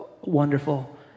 wonderful